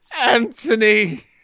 Anthony